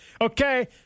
Okay